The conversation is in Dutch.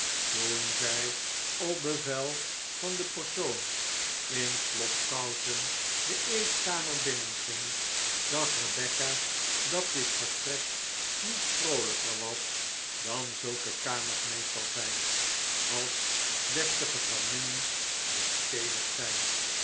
toen zij op bevel van den persoon in slobkousen de eetkamer binnenging zag rebecca dat dit vertrek niet vroolijker was dan zulke kamers meestal zijn als deftige families uitstedig zijn